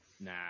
Nah